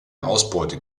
ausbeute